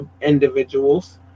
individuals